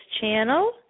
channel